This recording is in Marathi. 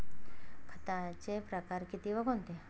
खताचे प्रकार किती व कोणते?